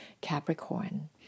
Capricorn